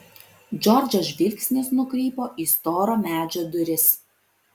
džordžo žvilgsnis nukrypo į storo medžio duris